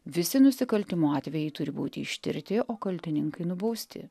visi nusikaltimo atvejai turi būti ištirti o kaltininkai nubausti